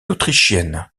autrichienne